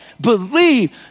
believe